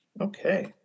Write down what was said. Okay